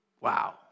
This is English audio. Wow